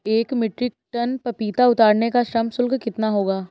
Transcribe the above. एक metric tonne पपीता उतारने का श्रम शुल्क कितना होगा?